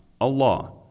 Allah